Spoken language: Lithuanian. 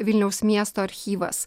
vilniaus miesto archyvas